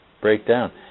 breakdown